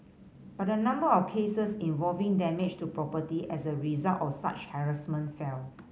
but the number of cases involving damage to property as a result of such harassment fell